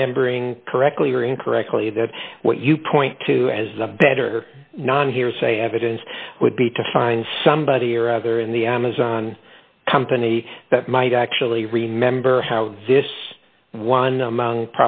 remembering correctly or incorrectly that what you point to as a better non hearsay evidence would be to find somebody or other in the amazon company that might actually remember how this one